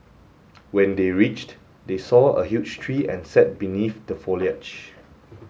when they reached they saw a huge tree and sat beneath the foliage